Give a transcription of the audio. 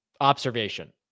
observation